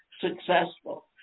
successful